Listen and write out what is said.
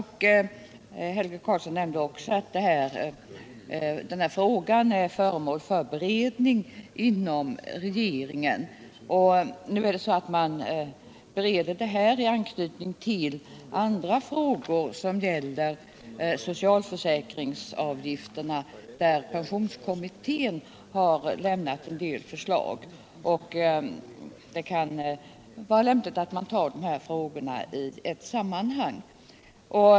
Helge Karlsson nämnde också att denna fråga är föremål för beredning inom regeringen i anknytning till andra frågor som gäller socialförsäkringsavgifterna, där pensionskommittén har avlämnat en del förslag. Det kan vara lämpligt att bereda dessa frågor i ett sammanhang.